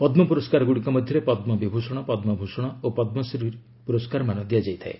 ପଦ୍ମ ପୁରସ୍କାର ଗୁଡ଼ିକ ମଧ୍ୟରେ ପଦ୍ମ ବିଭୂଷଣ ପଦ୍ମ ଭୂଷଣ ଓ ପଦ୍ମଶ୍ରୀ ପୁରସ୍କାରମାନ ଦିଆଯାଇଥାଏ